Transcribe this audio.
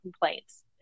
complaints